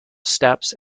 steps